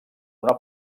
una